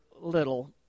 little